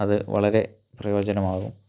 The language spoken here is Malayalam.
അത് വളരെ പ്രയോജനമാകും